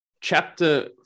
chapter